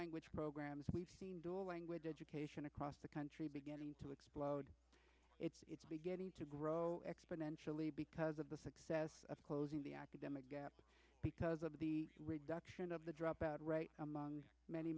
language programs we've seen doorway education across the country beginning to explode it's beginning to grow exponentially because of the success of closing the academic gap because of the reduction of the dropout rate among many